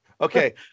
Okay